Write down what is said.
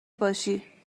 باشی